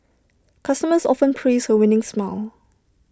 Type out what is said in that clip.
customers often praise her winning smile